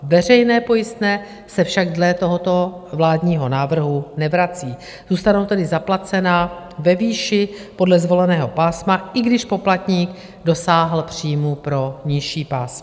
Veřejná pojistná se však dle tohoto vládního návrhu nevrací, zůstanou tedy zaplacena ve výši podle zvoleného pásma, i když poplatník dosáhl příjmů pro nižší pásmo.